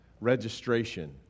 registration